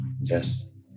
Yes